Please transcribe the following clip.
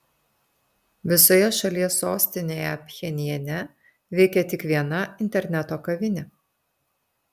visoje šalies sostinėje pchenjane veikia tik viena interneto kavinė